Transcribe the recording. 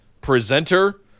presenter